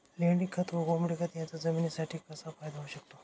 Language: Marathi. लेंडीखत व कोंबडीखत याचा जमिनीसाठी कसा फायदा होऊ शकतो?